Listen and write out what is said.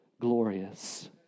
glorious